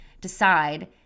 decide